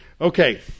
Okay